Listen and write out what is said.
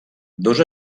dos